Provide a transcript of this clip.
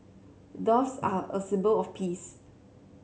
doves are a symbol of peace